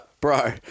bro